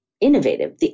innovative